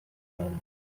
noon